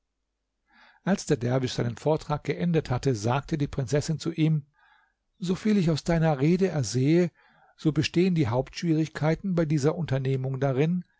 als der derwisch seinen vortrag geendet hatte sagte die prinzessin zu ihm soviel ich aus deiner rede ersehe so bestehen die hauptschwierigkeiten bei dieser unternehmung darin